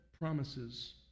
promises